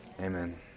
Amen